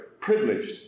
privileged